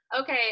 okay